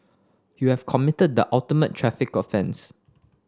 you have committed the ultimate traffic offence